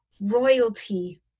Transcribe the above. royalty